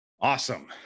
Awesome